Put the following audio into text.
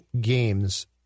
games